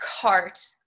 cart